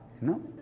no